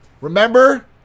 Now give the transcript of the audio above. remember